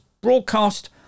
broadcast